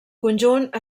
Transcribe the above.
conjunt